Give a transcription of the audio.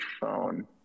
phone